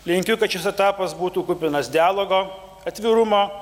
linkiu kad šis etapas būtų kupinas dialogo atvirumo